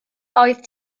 oedd